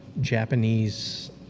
japanese